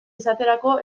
esaterako